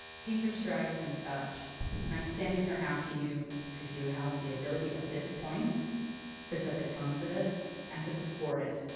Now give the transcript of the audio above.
teacher strikes and such and i'm standing here asking you because you have the ability at this point to set the tone for this and to support it.